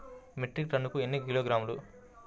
Metric టన్నుకు ఎన్ని కిలోగ్రాములు?